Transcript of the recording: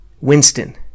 Winston